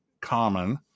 common